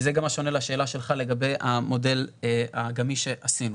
וזה גם מה שעונה לשאלה שלך לגבי המודל הגמיש שעשינו.